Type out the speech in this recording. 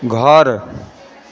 घर